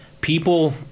People